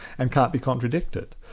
and can't be contradicted.